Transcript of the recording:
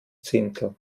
zehntel